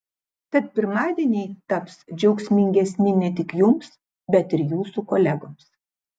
tad pirmadieniai taps džiaugsmingesni ne tik jums bet ir jūsų kolegoms